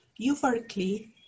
euphorically